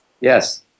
Yes